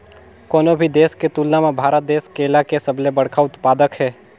कोनो भी देश के तुलना म भारत देश केला के सबले बड़खा उत्पादक हे